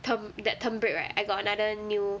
term that term break right I got another new